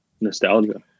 nostalgia